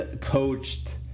coached